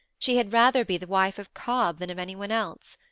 she had rather be the wife of cobb than of anyone else.